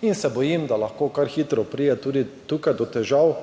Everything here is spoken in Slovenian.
Bojim se, da lahko kar hitro pride tudi tukaj do težav.